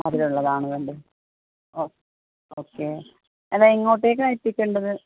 മധുരം ഉള്ളതാണ് വേണ്ടത് ഓ ഓക്കെ അത് എങ്ങോട്ടേക്കാണ് എത്തിക്കേണ്ടത്